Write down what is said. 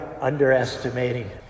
underestimating